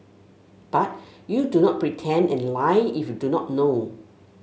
but you do not pretend and lie if you do not know